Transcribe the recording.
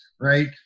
right